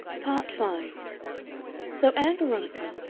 part five so ann veronica,